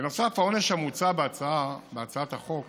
בנוסף, העונש המוצע בהצעת החוק